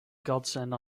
godsend